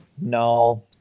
no